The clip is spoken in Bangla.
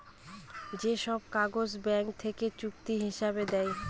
যে সব কাগজ ব্যাঙ্ক থেকে চুক্তি হিসাবে দেয়